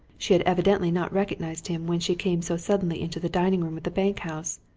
she had evidently not recognized him when she came so suddenly into the dining-room of the bank-house.